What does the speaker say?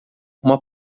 uma